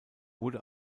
wurde